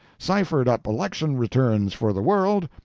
ciphered up election returns for the world,